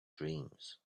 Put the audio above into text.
dreams